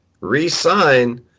re-sign